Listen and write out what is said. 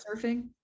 surfing